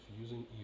using